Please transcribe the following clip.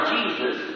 Jesus